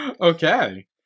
Okay